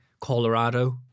Colorado